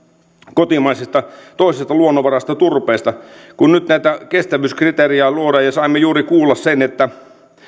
kotimaisesta toisesta luonnonvarasta turpeesta kun nyt näitä kestävyyskriteerejä luodaan ja saimme juuri kuulla sen että